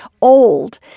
old